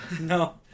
No